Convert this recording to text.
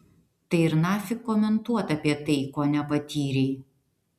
tai ir nafik komentuot apie tai ko nepatyrei